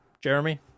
Jeremy